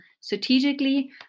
strategically